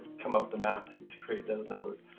come up with the math to to create those numbers.